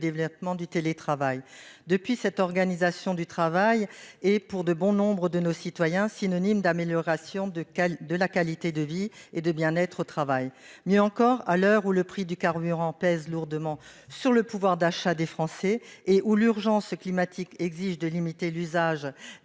développement du télétravail. Depuis lors, cette organisation du travail est synonyme, pour bon nombre de nos concitoyens, d'amélioration de la qualité de vie et de bien-être au travail. Mieux encore, à l'heure où le prix du carburant pèse lourdement sur le pouvoir d'achat des Français et où l'urgence climatique exige de limiter l'usage